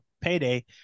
Payday